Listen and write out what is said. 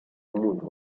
muso